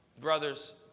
brothers